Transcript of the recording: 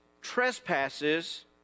trespasses